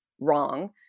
wrong